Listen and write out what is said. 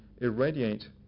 irradiate